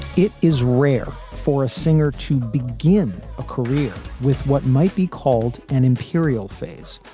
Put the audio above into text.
it is rare for a singer to begin a career with what might be called an imperial phase,